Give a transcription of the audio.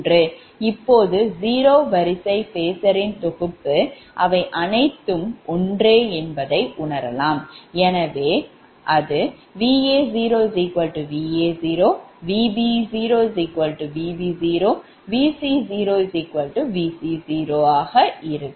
இப்போது zeroவரிசை phasorரின் தொகுப்பு அவை அனைத்தும் ஒன்றே எனவே அது Va0 Va0 Vb0 Va0 Vc0Va0 ஆக இருக்கும்